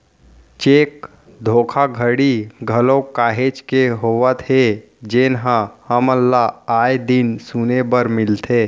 cheque धोखाघड़ी घलोक काहेच के होवत हे जेनहा हमन ल आय दिन सुने बर मिलथे